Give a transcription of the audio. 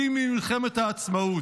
שיא ממלחמת העצמאות.